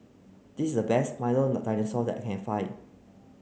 this is the best Milo Dinosaur that I can find